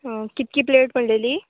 कितकी प्लेट म्हणलेली